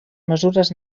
mesures